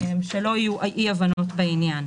שלא יהיו אי-הבנות בעניין.